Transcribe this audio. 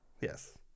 Yes